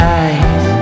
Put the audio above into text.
eyes